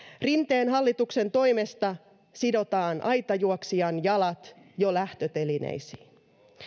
rinteen hallituksen toimesta sidotaan aitajuoksijan jalat jo lähtötelineisiin